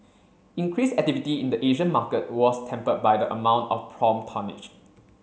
increased activity in the Asian market was tempered by the amount of prompt tonnage